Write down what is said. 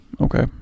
Okay